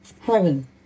Heaven